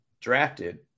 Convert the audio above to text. Drafted